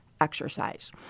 exercise